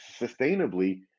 sustainably